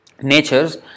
natures